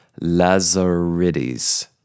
Lazaridis